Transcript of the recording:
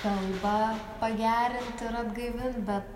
kalbą pagerint ir atgaivint bet